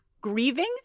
grieving